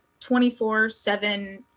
24-7